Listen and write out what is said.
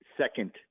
Second